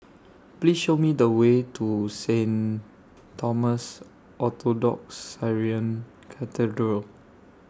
Please Show Me The Way to Saint Thomas Orthodox Syrian Cathedral